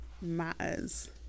matters